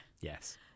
Yes